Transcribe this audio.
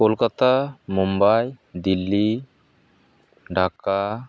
Kolkata Mumbai Delhi Dhaka